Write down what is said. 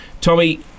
Tommy